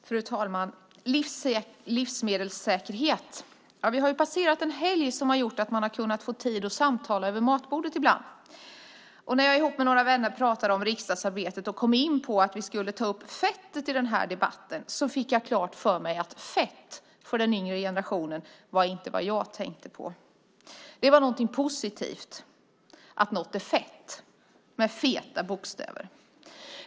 Fru talman! Denna debatt handlar om livsmedelssäkerhet. Vi har just passerat en helg som gjort att vi fått tid att samtala över matbordet. När jag tillsammans med några vänner talade om riksdagsarbetet och kom in på att vi skulle ta upp fettet i denna debatt fick jag klart för mig att fett för den yngre generationen inte var detsamma som jag tänkte på. Det var positivt att något var fett - med feta bokstäver.